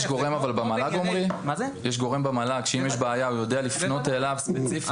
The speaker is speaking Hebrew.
יש גורם במל"ג שאם יש בעיה לפנות אליו ספציפית?